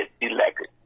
elected